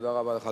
תודה רבה לך,